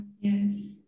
Yes